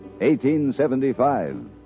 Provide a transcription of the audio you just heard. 1875